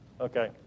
Okay